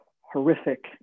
horrific